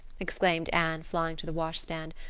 exclaimed anne, flying to the washstand.